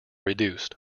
reduced